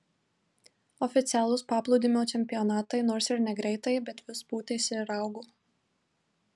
oficialūs paplūdimio čempionatai nors ir negreitai bet vis pūtėsi ir augo